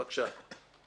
בבקשה.